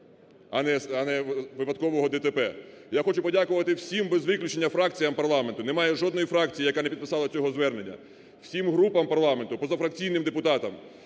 а не випадкового ДТП. Я хочу подякувати всім без виключення фракціям парламенту, немає жодної фракції, яка б не підписала цього звернення, всім групам парламенту, позафракційним депутатам,